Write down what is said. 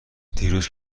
دیروز